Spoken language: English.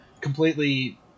completely